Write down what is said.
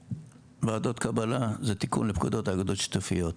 ועדות קבלה זה תיקון לפקודות האגודות השיתופיות.